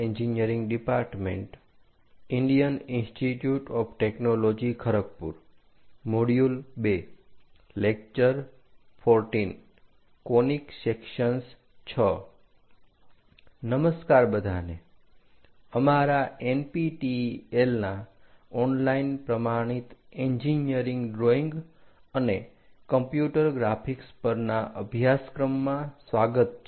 અમારા NPTEL ના online પ્રમાણિત એન્જીનીયરીંગ ડ્રોઈંગ અને કમ્પ્યુટર ગ્રાફિક્સ પરના અભ્યાસક્રમમાં સ્વાગત છે